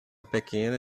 pequena